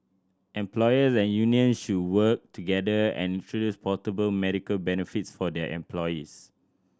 employers and unions should work together and introduce portable medical benefits for their employees